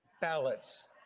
Ballots